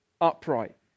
upright